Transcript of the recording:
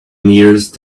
nearest